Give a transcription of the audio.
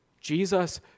Jesus